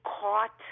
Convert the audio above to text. caught